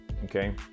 Okay